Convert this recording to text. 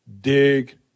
dig